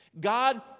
God